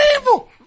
evil